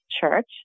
church